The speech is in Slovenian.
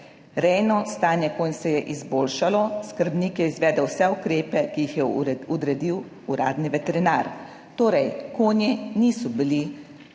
rejno stanje konj se je izboljšalo, skrbnik je izvedel vse ukrepe, ki jih je odredil uradni veterinar. Torej konji niso bili pripeljani